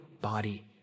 body